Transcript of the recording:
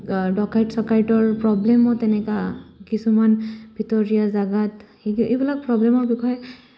ডকাইত চকাইতৰ প্ৰব্লেমো তেনেককা কিছুমান ভিতৰীয়া জাগাত এইবিলাক প্ৰব্লেমৰ বিষয়ে